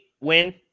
win